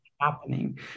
happening